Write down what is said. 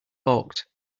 balked